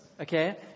okay